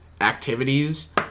activities